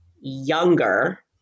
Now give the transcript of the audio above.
younger